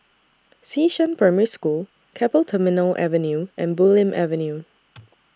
Xishan Primary School Keppel Terminal Avenue and Bulim Avenue